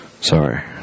Sorry